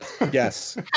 Yes